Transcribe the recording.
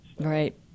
right